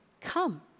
Come